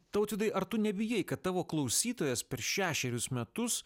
tautvydai ar tu nebijai kad tavo klausytojas per šešerius metus